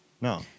no